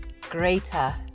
greater